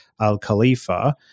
al-Khalifa